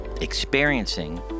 experiencing